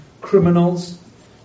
criminals